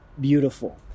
beautiful